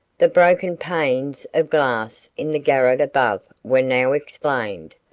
the broken panes of glass in the garret above were now explained.